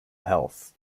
health